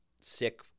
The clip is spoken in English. sick